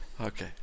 Okay